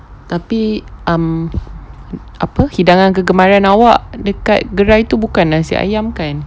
tapi um apa hidangan kegemaran awak dekat gerai tu bukan nasi ayam kan